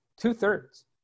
Two-thirds